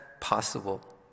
possible